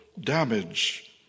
damage